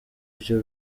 vyo